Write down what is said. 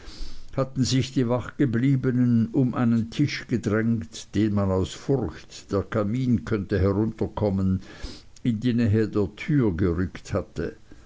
hatten sich die wachgebliebenen um einen tisch gedrängt den man aus furcht der kamin könne herunterkommen in die nähe der türe gerückt hatte